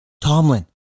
Tomlin